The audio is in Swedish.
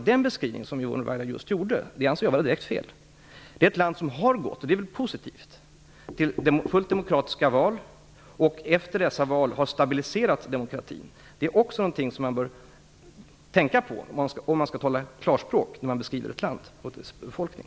Men den beskrivning Yvonne Ruwaida har givit anser jag vara direkt fel. Landet har gått till fullt demokratiska val, och det är positivt. Efter dessa val har demokratin stabiliserats. Detta är också något man skall tänka på när man skall tala klarspråk i samband med en beskrivning av ett land och dess befolkning.